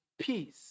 peace